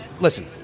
Listen